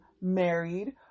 married